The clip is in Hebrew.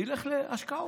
ילך להשקעות.